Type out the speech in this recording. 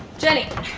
jenny.